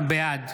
בעד